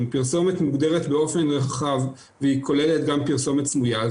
פרסומת מוגדרת באופן רחב והיא כוללת גם פרסומת סמויה,